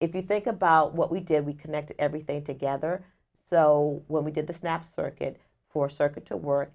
if you think about what we did we connected everything together so when we did the snap circuit for circuit to work